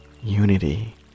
unity